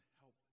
help